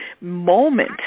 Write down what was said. moment